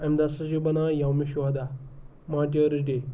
امہِ دۄہ ہسا چھُ بنان یومہِ شودہ ماٹٲرٕس ڈے